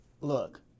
Look